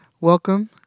Welcome